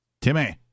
Timmy